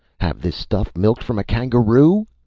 have this stuff milked from a kangaroo?